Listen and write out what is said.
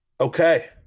Okay